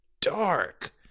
dark